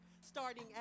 starting